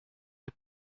alt